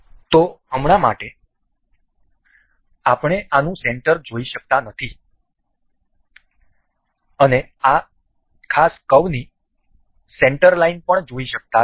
તેથી હમણાં માટે આપણે આનુ સેન્ટર જોઈ શકતા નથી અને આ ચોક્કસ કર્વની સેન્ટર લાઈન જોઈ શકતા નથી